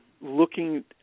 looking